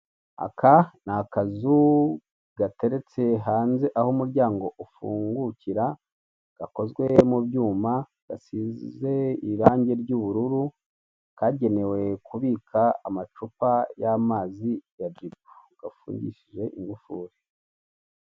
Aka ni akazu gateretse hanze aho umuryango ufungukira gakozwe mu byuma gasize irange ry'ubururu kagenewe kubika amazi ya jibu gafungishijwe ingufuri.